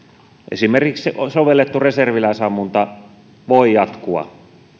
esimerkiksi sovellettu reserviläisammunta voi jatkua